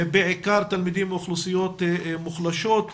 בעיקר תלמידים מאוכלוסיות מוחלשות.